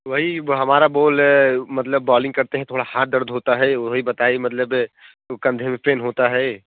वही ब हमारा बॉल मतलब बॉल्लिंग करते हैं थोड़ा हाथ दर्द होता है वही बताइए मतलब वो कंधे में पेन होता है